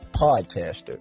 podcaster